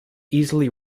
easily